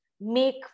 make